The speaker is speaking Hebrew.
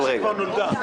מכל רגע.